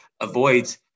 avoid